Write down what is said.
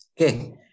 Okay